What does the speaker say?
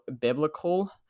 biblical